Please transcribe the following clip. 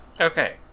Okay